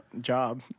job